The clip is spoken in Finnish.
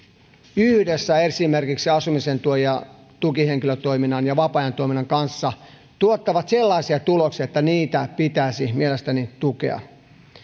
yhdessä esimerkiksi asumisen tuen ja tukihenkilötoiminnan ja vapaa ajan toiminnan kanssa ne tuottavat sellaisia tuloksia että niitä pitäisi mielestäni tukea